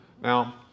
Now